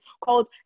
called